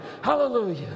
Hallelujah